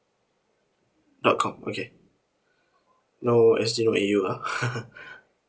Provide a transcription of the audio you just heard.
dot com okay no S_G no E_U ha